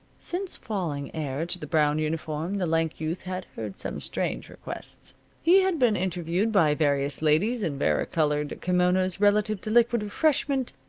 since falling heir to the brown uniform the lank youth had heard some strange requests. he had been interviewed by various ladies in varicolored kimonos relative to liquid refreshment,